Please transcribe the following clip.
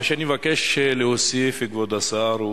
מה שאני מבקש להוסיף, כבוד השר,